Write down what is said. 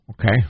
Okay